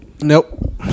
Nope